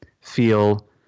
feel